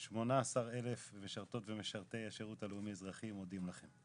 18,000 משרתות ומשרתי השירות הלאומי אזרחי מודים לכם.